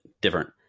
different